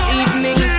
evening